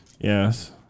yes